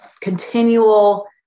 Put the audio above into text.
continual